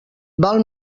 val